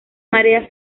marea